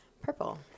Purple